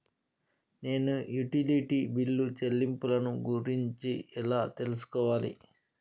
నేను utility bill చెల్లింపులను గురించి ఎలా తెలుసుకోవాలి?